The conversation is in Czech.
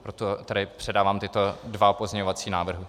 Proto tedy předávám tyto dva pozměňovací návrhy.